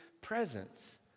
presence